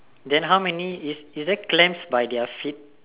then how many is is there clams by their feet